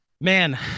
Man